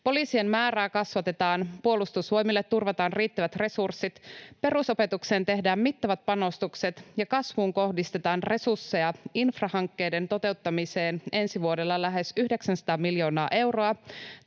Poliisien määrää kasvatetaan, Puolustusvoimille turvataan riittävät resurssit, perusopetukseen tehdään mittavat panostukset, ja kasvuun kohdistetaan resursseja: infrahankkeiden toteuttamiseen ensi vuodelle lähes 900 miljoonaa euroa,